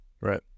Right